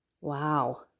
Wow